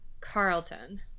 Carlton